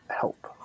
help